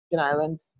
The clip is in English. islands